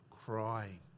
crying